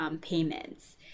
payments